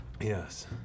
Yes